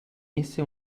esse